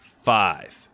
Five